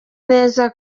neza